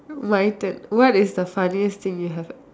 my turn what is the funniest thing you have